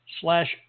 slash